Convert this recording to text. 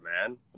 man